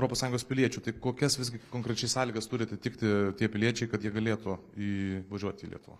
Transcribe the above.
europos sąjungos piliečių tai kokias visgi konkrečiai sąlygas turi atitikti tie piliečiai kad jie galėtų įvažiuoti į lietuvą